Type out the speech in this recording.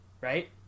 right